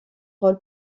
rôle